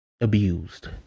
abused